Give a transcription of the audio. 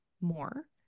more